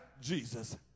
Jesus